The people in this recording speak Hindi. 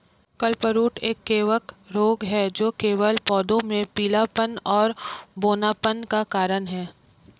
क्लबरूट एक कवक रोग है जो केवल पौधों में पीलापन और बौनापन का कारण है